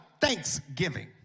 thanksgiving